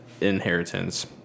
inheritance